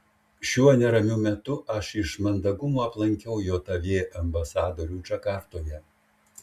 šiuo neramiu metu aš iš mandagumo aplankiau jav ambasadorių džakartoje